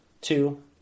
two